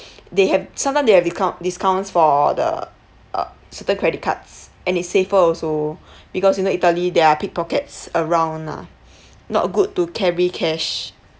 they have sometime they have discount discounts for the uh certain credit cards and it's safer also because you know italy there are pickpockets around lah not good to carry cash